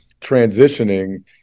transitioning